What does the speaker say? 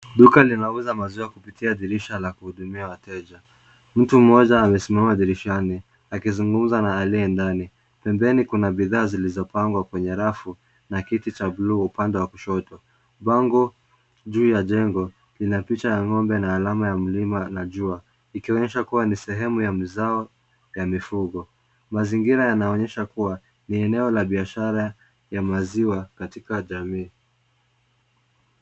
Duka linauza maziwa kupitia dirisha la kuhudumia wateja. Mtu mmoja amesimama dirishani akizungumza na aliye ndani. Pembeni kuna bidhaa zilizopangwa kwenye rafu na kiti cha bluu upande wa kushoto. Bango juu ya jengo, lina picha ya ng'ombe na alama ya mlima na jua ikionyesha kuwa ni sehemu ya mazao ya mifugo. Mazingira yanaonyesha kuwa, ni eneo la biashara ya maziwa katika jamii.